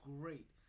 great